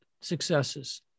successes